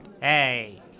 Hey